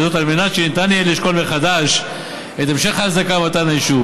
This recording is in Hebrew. וזאת על מנת שניתן יהיה לשקול מחדש את המשך ההצדקה למתן האישור,